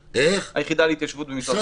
היחידה להתיישבות במשרד